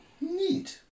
Neat